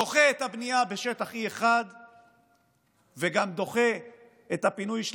דוחה את הבנייה בשטח E1 וגם דוחה את הפינוי של